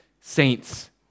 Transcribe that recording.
saints